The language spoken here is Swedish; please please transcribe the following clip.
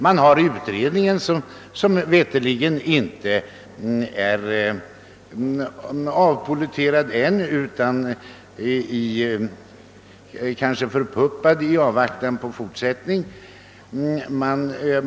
Man har exempelvis utredningen, som mig veterligt inte blivit avpolletterad ännu utan bara är förpuppad i avvaktan på en fortsättning.